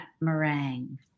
meringue